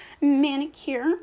Manicure